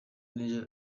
neza